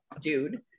dude